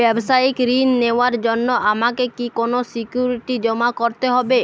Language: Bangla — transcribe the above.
ব্যাবসায়িক ঋণ নেওয়ার জন্য আমাকে কি কোনো সিকিউরিটি জমা করতে হবে?